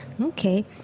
Okay